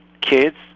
kids